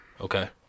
okay